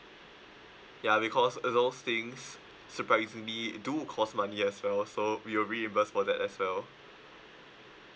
ya because uh those things surprisingly do cost money as well so we will reimburse for that as well